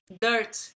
dirt